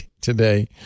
today